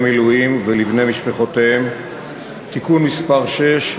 מילואים ולבני משפחותיהם (תיקון מס' 6),